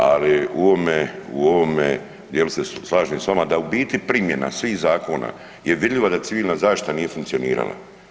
Ali u ovom dijelu se slažem s vama da u biti primjena svih zakona je vidljiva da civilna zaštita nije funkcionirala.